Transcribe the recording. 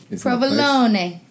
Provolone